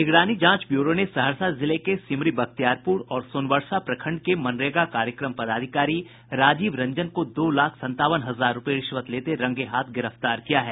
निगरानी जांच ब्यूरो ने सहरसा जिले के सिमरी बख्तियारपुर और सोनवर्षा प्रखंड के मनरेगा कार्यक्रम पदाधिकारी राजीव रंजन को दो लाख संतावन हजार रूपये रिश्वत लेते रंगे हाथ गिरफ्तार किया है